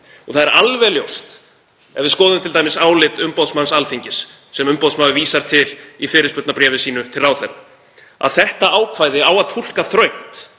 Það er alveg ljóst ef við skoðum t.d. álit umboðsmanns Alþingis, sem umboðsmaður vísar til í fyrirspurnarbréfi sínu til ráðherra, að þetta ákvæði á að túlka þröngt.